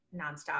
nonstop